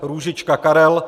Růžička Karel